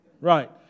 Right